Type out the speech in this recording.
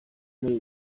muri